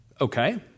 okay